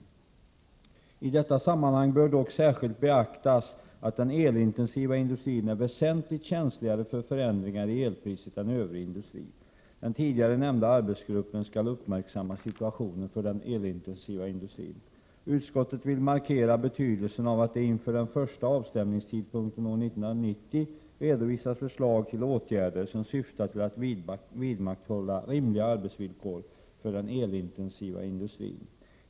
I detta sammanhang bör dock särskilt beaktas att den elintensiva industrin är västentligt känsligare för förändringar i elpriset än övrig industri. Den tidigare nämnda arbetsgruppen skall uppmärksamma situationen för den elintensiva industrin. Utskottet vill markera betydelsen av att det inför den första avstämningtidpunkten år 1990 redovisas förslag till åtgärder som syftar till att vidmakthålla rimliga arbetsvillkor för den elintensiva industrin.